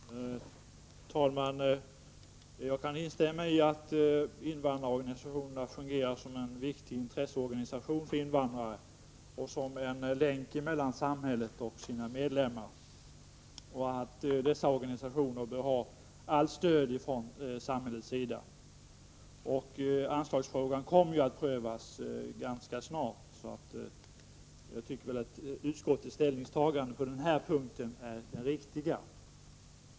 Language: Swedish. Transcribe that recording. Herr talman! Jag kan instämma i att invandrarorganisationerna fungerar som viktiga intressebevakare för invandrarna och som en länk mellan samhället och deras medlemmar samt att dessa organisationer bör ha allt stöd från samhällets sida. Anslagsfrågan kommer att prövas ganska snart, så jag tycker att utskottets ställningstaganden på den här punkten är riktiga.